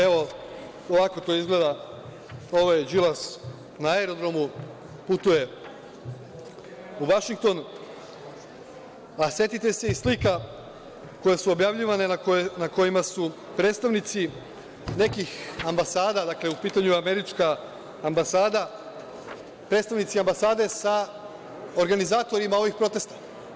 Evo, ovako to izgleda, ovo je Đilas na aerodromu, putuje u Vašington, a setite se i slika koje su objavljivane na kojima su predstavnici nekih ambasada, dakle, u pitanju je američka ambasada, predstavnici ambasade sa organizatorima ovih protesta.